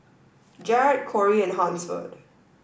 Jarod Corie and Hansford